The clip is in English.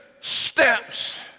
steps